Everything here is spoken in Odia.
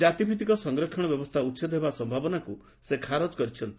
କାତିଭିଭିକ ସଂରକ୍ଷଣ ବ୍ୟବସ୍ଥା ଉଚ୍ଛେଦ ହେବା ସମ୍ଭାବନାକୁ ସେ ଖାରଜ କରିଛନ୍ତି